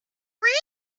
read